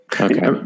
Okay